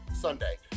Sunday